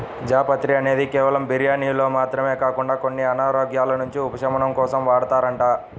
జాపత్రి అనేది కేవలం బిర్యానీల్లో మాత్రమే కాకుండా కొన్ని అనారోగ్యాల నుంచి ఉపశమనం కోసం వాడతారంట